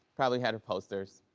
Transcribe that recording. probably had her posters.